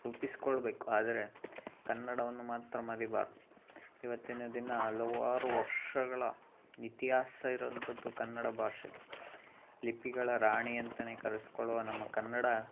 ರೂಪಿಸಿಕೊಳ್ಬೇಕು ಆದರೆ ಕನ್ನಡವನ್ನು ಮಾತ್ರ ಮರಿಬಾರ್ದು ಇವತ್ತಿನ ದಿನ ಹಲವಾರು ವರ್ಷಗಳ ಇತಿಹಾಸ ಇರುವಂಥದ್ದು ಕನ್ನಡ ಭಾಷೆಗೆ ಲಿಪಿಗಳ ರಾಣಿ ಅಂತಲೇ ಕರೆಸಿಕೊಳ್ಳುವ ನಮ್ಮ ಕನ್ನಡ